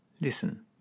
listen